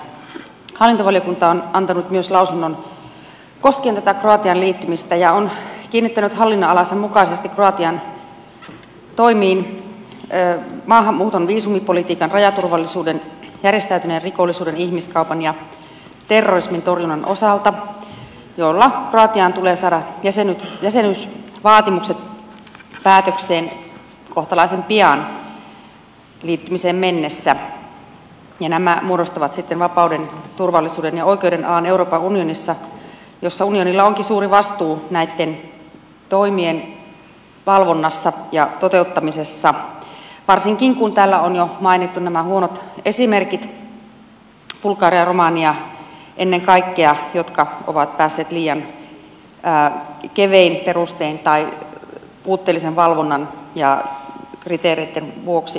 myös hallintovaliokunta on antanut lausunnon koskien tätä kroatian liittymistä ja on kiinnittänyt hallinnonalansa mukaisesti huomiota kroatian toimiin maahanmuuton viisumipolitiikan rajaturvallisuuden järjestäytyneen rikollisuuden ihmiskaupan ja terrorismin torjunnan osalta joissa kroatian tulee saada jäsenyysvaatimukset päätökseen kohtalaisen pian liittymiseen mennessä ja nämä muodostavat sitten euroopan unionissa vapauden turvallisuuden ja oikeuden alan jossa unionilla onkin suuri vastuu näitten toimien valvonnassa ja toteuttamisessa varsinkin kun täällä on jo mainittu nämä huonot esimerkit bulgaria ja romania ennen kaikkea jotka ovat päässeet liian kevein perustein tai puutteellisen valvonnan ja kriteereitten vuoksi euroopan unioniin